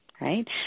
right